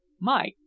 My